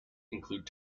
include